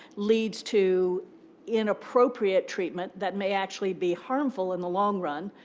leads to inappropriate treatment that may actually be harmful in the long run,